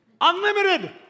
Unlimited